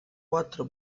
quattro